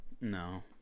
No